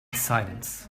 silence